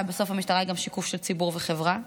ובסוף המשטרה היא גם שיקוף של ציבור וחברה.